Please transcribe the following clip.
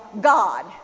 God